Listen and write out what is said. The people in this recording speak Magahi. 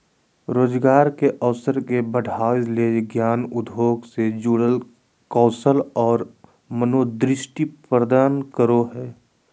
रोजगार के अवसर के बढ़ावय ले ज्ञान उद्योग से जुड़ल कौशल और मनोदृष्टि प्रदान करो हइ